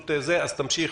תמשיך,